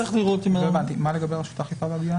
לא הבנתי, מה לגבי רשות האכיפה והגבייה?